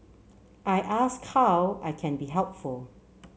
I ask how I can be helpful